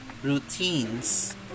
Routines